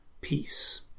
peace